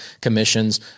commissions